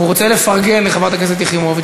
הוא רוצה לפרגן לחברת הכנסת יחימוביץ,